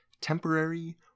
temporary